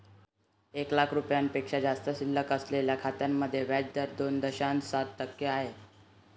एक लाख रुपयांपेक्षा जास्त शिल्लक असलेल्या खात्यांमध्ये व्याज दर दोन दशांश सात टक्के आहे